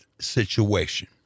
situation